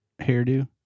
hairdo